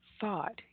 thought